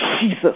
Jesus